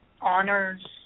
honors